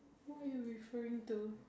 who are you referring to